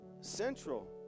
Central